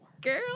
Girl